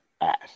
ass